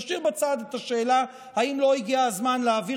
נשאיר בצד את השאלה אם לא הגיע הזמן להעביר